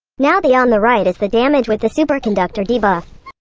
now the on the right is the damage with the superconductor debuff.